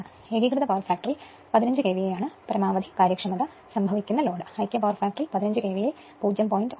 ഏകീകൃത പവർ ഫാക്ടറിൽ 15 KVAയാണ് പരമാവധി കാര്യക്ഷമത സംഭവിക്കുന്ന ലോഡ് ഐക്യ പവർ ഫാക്ടറിൽ 15 KVAയിൽ 0